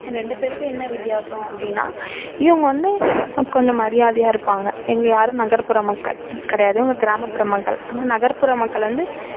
ரெண்டு பேருக்கும் என்ன வித்தியாசம் அப்படினா இவங்க வந்து கொஞ்சம் மரியாதையாக இருப்பாங்க இங்கே யாரும் நகர்ப்புற மக்கள் கிடையாது கிராமப்புற மக்கள் ஆனால் நகர்ப்புற மக்கள் வந்து